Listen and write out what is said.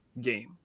game